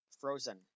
frozen